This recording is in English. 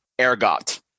ergot